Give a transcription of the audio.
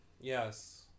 Yes